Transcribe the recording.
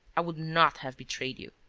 i would not have betrayed you.